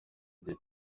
gihe